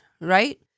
right